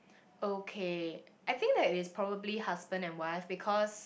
okay I think that is probably husband and wife because